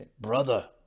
Brother